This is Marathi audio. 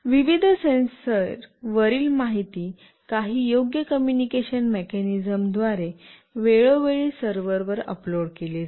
विविध सेन्सरवरील माहिती काही योग्य कम्युनिकेशन मेकॅनिज्मद्वारे वेळोवेळी सर्व्हरवर अपलोड केली जाईल